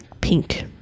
pink